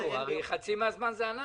אנחנו, הרי חצי מהזמן זה אנחנו.